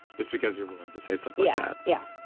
just because you're willing to say stuff yeah yeah